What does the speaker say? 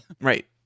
Right